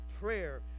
Prayer